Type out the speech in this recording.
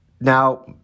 Now